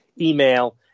Email